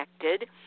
connected